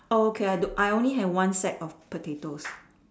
oh okay I don't I only have one sack of potatoes